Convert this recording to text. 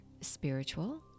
spiritual